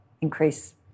increase